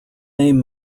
name